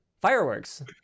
fireworks